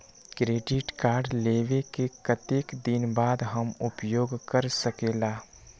Credit card लेबे के कतेक दिन बाद हम उपयोग कर सकेला?